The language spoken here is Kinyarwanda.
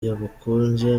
yagukunze